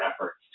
efforts